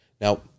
Now